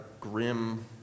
grim